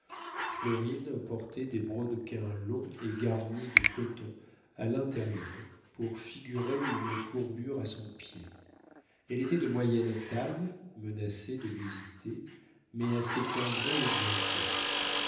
florine portait des brodequins longs et garnis de coton à l'intérieur pour figurer une courbure à son pied elle était de moyenne taille menacée d'obésité mais assez cambrée et bien faite